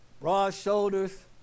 broad-shoulders